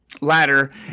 ladder